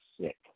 sick